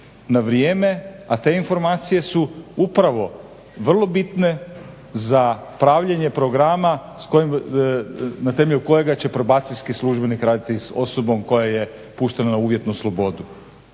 na vrijeme, a te informacije su upravo vrlo bitne za pravljenje programa na temelju kojega će probacijski službenik raditi s osobom koja je puštena na uvjetnu slobodu.